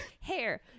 hair